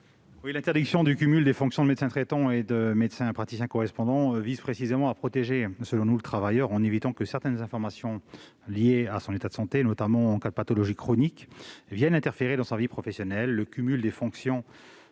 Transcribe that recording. ? L'interdiction de cumul des fonctions de médecin traitant et de médecin praticien correspondant vise précisément à protéger le travailleur, en évitant que certaines informations liées à son état de santé, notamment en cas de pathologie chronique, viennent interférer dans sa vie professionnelle. Le cumul des fonctions